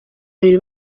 babiri